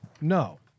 no